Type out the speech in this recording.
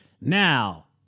Now